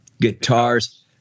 guitars